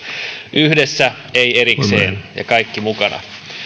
yhdessä ei erikseen ja kaikki mukana